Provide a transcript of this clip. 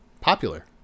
popular